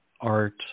art